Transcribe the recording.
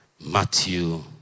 Matthew